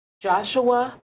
Joshua